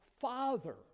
father